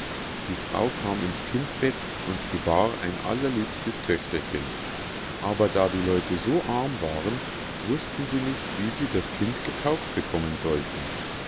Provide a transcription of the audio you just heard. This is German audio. die frau kam ins kindbett und gebar ein allerliebstes töchterchen aber da die leute so arm waren wußten sie nicht wie sie das kind getauft bekommen sollten